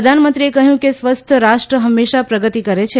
પ્રધાનમંત્રીએ કહ્યું કે સ્વસ્થ રાષ્ટ્ર હંમેશા પ્રગતિ કરે છે